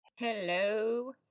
Hello